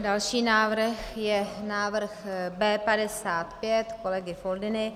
Další návrh je návrh B55 kolegy Foldyny.